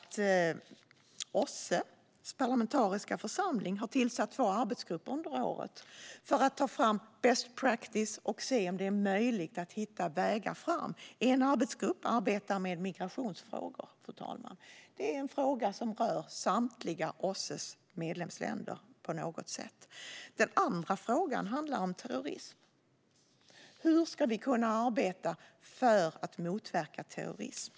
OSSE:s parlamentariska församling har tillsatt två arbetsgrupper under året för att ta fram best practice och se om det är möjligt att hitta vägar framåt. En arbetsgrupp arbetar med migrationsfrågan. Det är en fråga som rör samtliga OSSE:s medlemsländer på något sätt. Den andra frågan handlar om terrorism. Hur ska vi kunna arbeta för att motverka terrorism?